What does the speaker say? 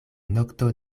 nokto